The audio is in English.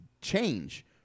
change